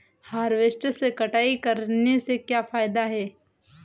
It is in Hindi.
हार्वेस्टर से कटाई करने से क्या फायदा है?